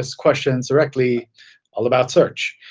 us questions directly all about search.